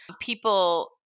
people